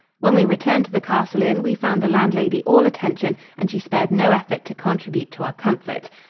when we returned to the castle inn, we found the landlady all attention and she spared no effort to contribute to our comfort.